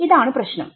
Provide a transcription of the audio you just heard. ഇതാണ് പ്രശ്നം